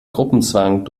gruppenzwang